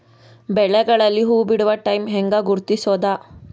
ಬೆಳೆಗಳಲ್ಲಿ ಹೂಬಿಡುವ ಟೈಮ್ ಹೆಂಗ ಗುರುತಿಸೋದ?